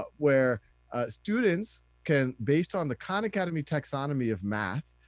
ah where students can based on the khan academy taxonomy of math,